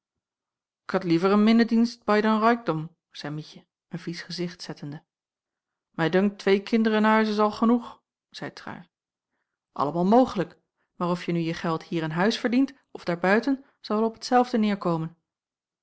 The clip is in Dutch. ik had liever een minnedienst bai den raikdom zeî mietje een vies gezicht zettende mij dunkt twee kinderen in huis is al genoeg zeî trui allemaal mogelijk maar of je nu je geld hier in huis verdient of daarbuiten zal wel op t zelfde